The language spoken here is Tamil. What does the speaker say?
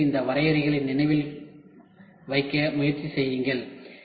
தயவுசெய்து இந்த வரையறைகளை நினைவில் வைக்க முயற்சி செய்யுங்கள்